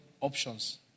options